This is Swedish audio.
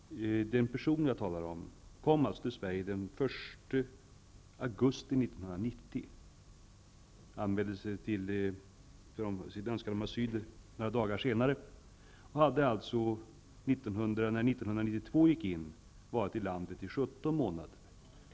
Den person som jag talar om kom alltså till Sverige den 1 augusti 1990 och anmälde sin önskan om asyl några dagar senare. Den här personen, mannen, hade alltså vid ingången till 1992 varit i landet i 17 månader.